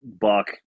Buck